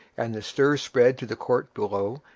and the stir spread to the court below,